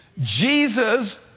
Jesus